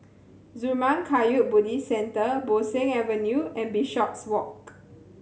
Zurmang Kagyud Buddhist Centre Bo Seng Avenue and Bishopswalk